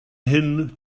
nghyn